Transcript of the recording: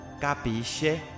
Capisce